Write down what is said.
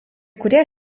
kurie